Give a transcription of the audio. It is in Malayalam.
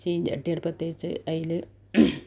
ചീനച്ചട്ടി അടുപ്പത്ത് വെച്ച് അതിൽ